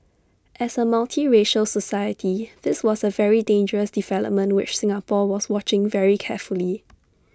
as A multiracial society this was A very dangerous development which Singapore was watching very carefully